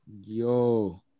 Yo